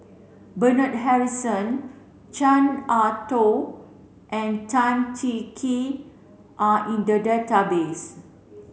Bernard Harrison Chan Ah Kow and Tan Cheng Kee are in the database